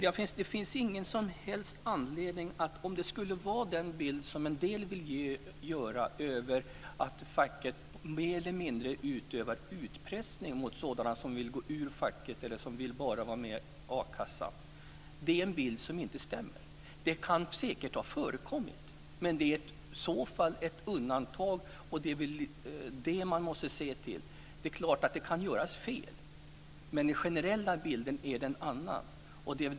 Den bild som en del framför att facket mer eller mindre utövar utpressning mot sådana som vill gå ur facket eller bara vill vara med i a-kassan stämmer inte. Det kan säkert ha förekommit, men det är i så fall ett undantag. Det är klart att det kan göras fel, men den generella bilden är en annan.